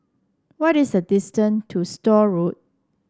what is the distance to Store Road